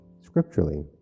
scripturally